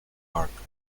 barker